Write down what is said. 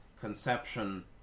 conception